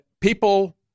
people